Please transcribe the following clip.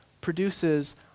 produces